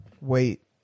Wait